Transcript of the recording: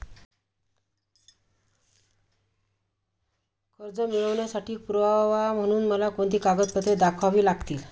कर्ज मिळवण्यासाठी पुरावा म्हणून मला कोणती कागदपत्रे दाखवावी लागतील?